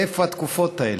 איפה התקופות האלה?